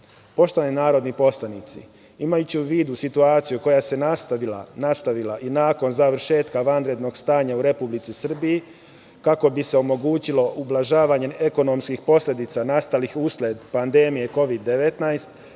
narodni poslanici, imajući u vidu situaciju koja se nastavila i nakon završetka vanrednog stanja u Republici Srbiji kako bi se omogućilo ublažavanje ekonomskih posledica nastalih usled pandemije Kovid 19